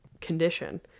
condition